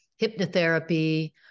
hypnotherapy